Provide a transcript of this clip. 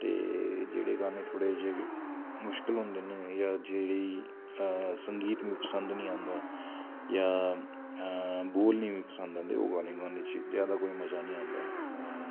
ते जेह्ड़े गानें थोह्ड़े जेह् बी मुश्कल होंदे न जां जेह्ड़े संगीत मीं पसंद नी आंदा जां बोल नी मीं पसंद आंदे ओह् गानें गानें च कोई मज़ा नी आंदा ऐ